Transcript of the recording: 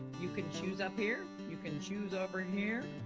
you can choose up here. you can choose over here.